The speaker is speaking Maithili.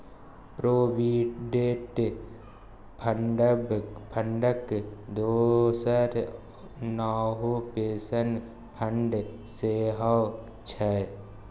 प्रोविडेंट फंडक दोसर नाओ पेंशन फंड सेहौ छै